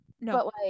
No